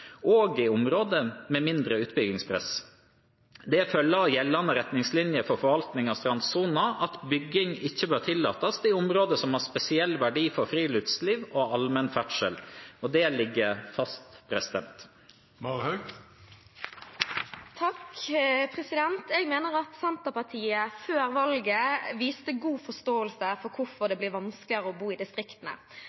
i områder med mindre utbyggingspress. Det følger av gjeldende retningslinjer for forvaltning av strandsonen at bygging ikke bør tillates i områder som har spesiell verdi for friluftsliv og allmenn ferdsel. Dette ligger fast.